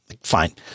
fine